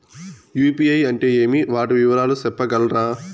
UPI అంటే ఏమి? వాటి వివరాలు సెప్పగలరా?